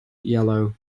yellow